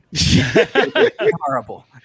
Horrible